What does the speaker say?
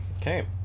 Okay